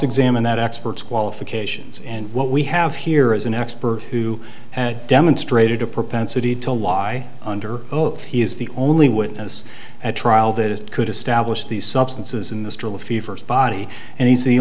examine that experts qualifications and what we have here is an expert who demonstrated a propensity to lie under oath he is the only witness at trial that it could establish these substances in the still iffy first body and he's the